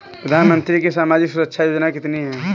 प्रधानमंत्री की सामाजिक सुरक्षा योजनाएँ कितनी हैं?